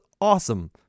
awesome